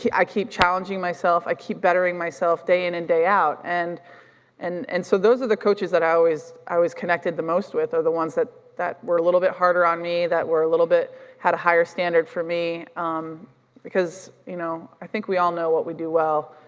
i keep challenging myself, i keep bettering myself, day in and day out and and and so those are the coaches that i always i always connected the most with are the ones that that were a little bit harder on me, that were a little bit, had a higher standard for me because, you know, i think we all know what we do well.